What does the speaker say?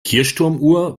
kirchturmuhr